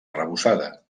arrebossada